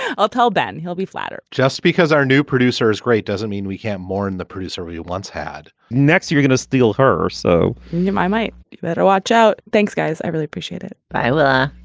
i'll tell ben. he'll be flatter just because our new producer is great doesn't mean we can't mourn the producer we once had next, you're going to steal her, so yeah i might you better watch out. thanks, guys i really appreciate it. bye